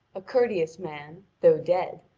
a courteous man, though dead,